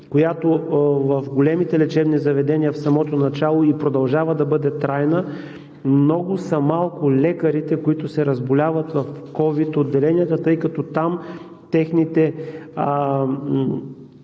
която в големите лечебни заведения е от самото начало и продължава да бъде трайна. Много са малко лекарите, които се разболяват в ковид отделенията, тъй като там техните